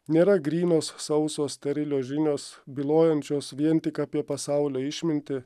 nėra grynos sausos sterilios žinios bylojančios vien tik apie pasaulio išmintį